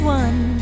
one